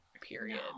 period